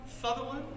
Sutherland